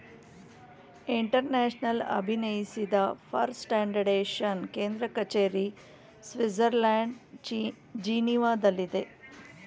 international ಅಭಿನಯಿಸಿದ for standardization ಕೇಂದ್ರ ಕಚೇರಿ ಸ್ವಿಡ್ಜರ್ಲ್ಯಾಂಡ್ ಜಿನೀವಾದಲ್ಲಿದೆ